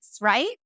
right